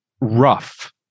rough